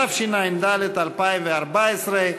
התשע"ד 2014,